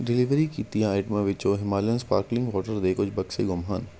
delivery ਕੀਤੀਆਂ ਆਈਟਮਾਂ ਵਿੱਚੋਂ ਹਿਮਾਲਯਨ ਸਪਰਕਲਿੰਗ ਵਾਟਰ ਦੇ ਕੁਝ ਬਕਸੇ ਗੁੰਮ ਹਨ